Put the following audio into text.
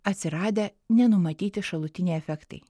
atsiradę nenumatyti šalutiniai efektai